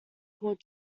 called